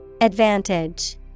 Advantage